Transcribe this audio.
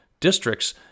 districts